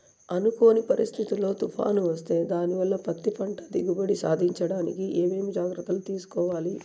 అనుకోని పరిస్థితుల్లో తుఫాను వస్తే దానివల్ల పత్తి పంట దిగుబడి సాధించడానికి ఏమేమి జాగ్రత్తలు తీసుకోవాలి?